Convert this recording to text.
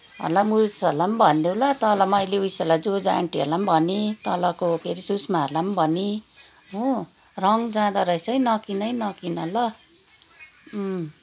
हरूलाई उसहरूलाई भन्देऊ ल तल मैले उसहरूलाई जोजा आन्टीहरूलाई पनि भनेँ तलको के अरे सुष्माहरूलाई पनि भनेँ हो रङ जाँदो रहेछ है नकिन है नकिन ल